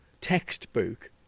textbook